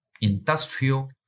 industrial